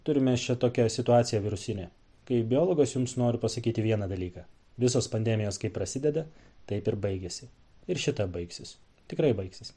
turim mes čia tokią situaciją virusinę kaip biologas jums noriu pasakyti vieną dalyką visos pandemijos kaip prasideda taip ir baigiasi ir šita baigsis tikrai baigsis